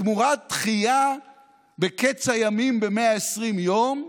תמורת דחייה בקץ הימים ב-120 יום,